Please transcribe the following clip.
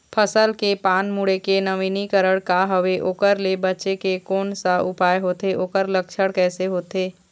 फसल के पान मुड़े के नवीनीकरण का हवे ओकर ले बचे के कोन सा उपाय होथे ओकर लक्षण कैसे होथे?